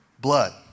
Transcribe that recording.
blood